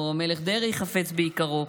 או המלך דרעי חפץ ביקרו.